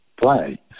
play